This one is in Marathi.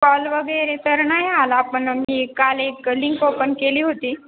कॉल वगैरे तर नाही आला पण मी काल एक लिंक ओपन केली होती